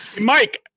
mike